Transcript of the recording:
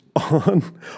on